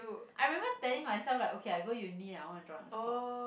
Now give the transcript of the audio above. I remember telling myself like okay I go uni I want to join a sport